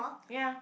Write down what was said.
ya